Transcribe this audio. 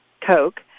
Coke